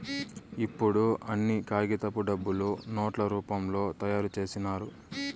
ఇప్పుడు అన్ని కాగితపు డబ్బులు నోట్ల రూపంలో తయారు చేసినారు